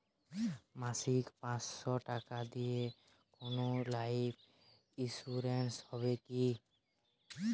মাসিক পাঁচশো টাকা দিয়ে কোনো লাইফ ইন্সুরেন্স হবে কি?